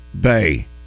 Bay